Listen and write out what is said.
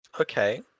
Okay